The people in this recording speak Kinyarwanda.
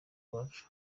rwacu